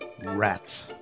rats